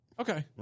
Okay